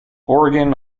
oregon